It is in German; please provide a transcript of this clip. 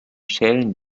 schälen